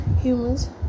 humans